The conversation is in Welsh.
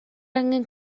angen